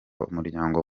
umuryango